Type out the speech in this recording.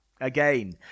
again